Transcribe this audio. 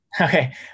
Okay